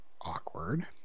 awkward